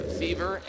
fever